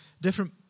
different